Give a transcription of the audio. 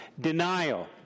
denial